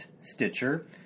Stitcher